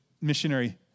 missionary